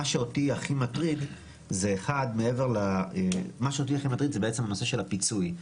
מה שאותי הכי מטריד זה בעצם הנושא של הפיצוי.